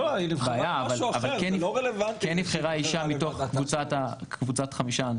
אבל כן נבחרה אשה מתוך קבוצת חמישה האנשים.